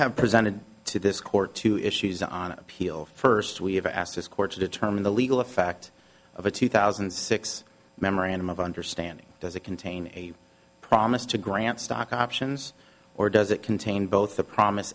have presented to this court two issues on appeal first we have asked this court to determine the legal effect of a two thousand and six memorandum of understanding does it contain a promise to grant stock options or does it contain both the promise